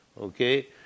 okay